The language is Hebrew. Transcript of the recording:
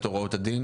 את הוראות הדין?